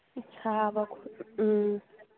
ꯁꯥꯕ ꯎꯝ